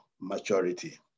maturity